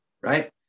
right